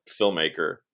filmmaker